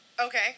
Okay